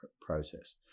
process